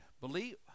Believe